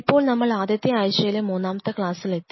ഇപ്പോൾ നമ്മൾ ആദ്യത്തെ ആഴ്ചയിലെ മൂന്നാമത്തെ ക്ലാസ്സിൽ എത്തി